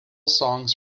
songs